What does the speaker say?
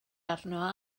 arno